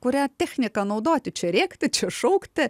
kurią techniką naudoti čia rėkti šaukti